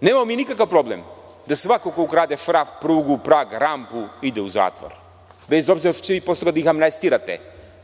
mi nikakav problem da svako ko ukrade šraf, prugu, prag ili rampu ide u zatvor, bez obzira što ćete vi posle da ih amnestirate